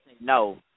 no